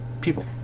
people